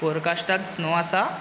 फोरकास्टांत snow आसा